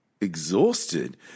exhausted